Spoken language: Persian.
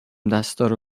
دستهارو